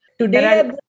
today